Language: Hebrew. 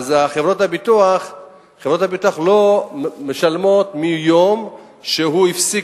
ואז חברות הביטוח לא משלמות מיום שהוא הפסיק